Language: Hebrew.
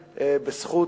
בזכות,